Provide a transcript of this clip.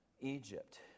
Egypt